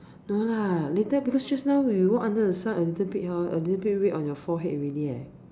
because just now we walk under the sun a little bit hor a little bit red on your forehead already leh